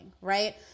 right